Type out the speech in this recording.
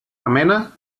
remena